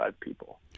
people